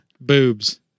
boobs